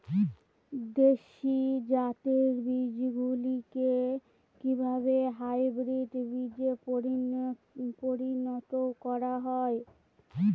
দেশি জাতের বীজগুলিকে কিভাবে হাইব্রিড বীজে পরিণত করা হয়?